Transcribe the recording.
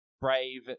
brave